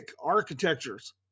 architectures